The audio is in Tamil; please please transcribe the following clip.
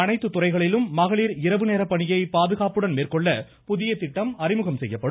அனைத்து துறைகளிலும் மகளிர் இரவு நேர பணியை பாதுகாப்புடன் மேற்கொள்ள புதிய திட்டம் அறிமுகம் செய்யப்படும்